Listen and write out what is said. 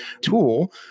tool